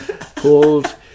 called